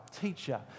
teacher